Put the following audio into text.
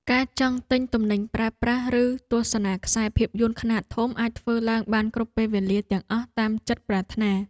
ការចង់ទិញទំនិញប្រើប្រាស់ឬទស្សនាខ្សែភាពយន្តខ្នាតធំអាចធ្វើឡើងបានគ្រប់ពេលវេលាទាំងអស់តាមចិត្តប្រាថ្នា។